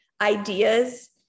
ideas